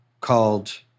called